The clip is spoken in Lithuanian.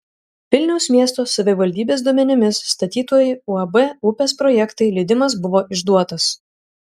vilniaus miesto savivaldybės duomenimis statytojui uab upės projektai leidimas buvo išduotas